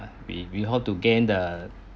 we we hope to gain the